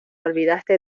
olvidaste